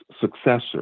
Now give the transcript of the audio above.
successor